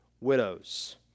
widows